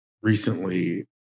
recently